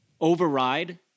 override